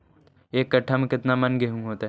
एक कट्ठा में केतना मन गेहूं होतै?